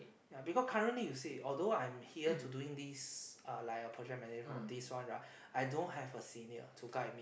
yea because currently you see although I'm here to doing this uh like a project management work this one right I don't have a senior to guide me